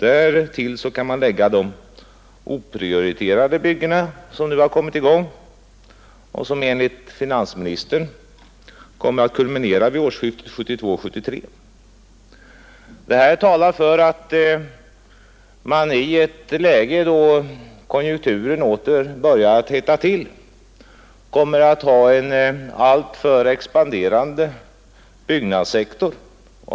Därtill kan man lägga de oprioriterade byggena, som nu har kommit i gång och som enligt finansministern kommer att kulminera vid årsskiftet 1972-1973. Det här talar för att man i ett läge där konjunkturen åter börjar att hetta till kommer att ha en alltför expanderande byggnadssektor.